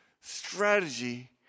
strategy